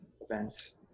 events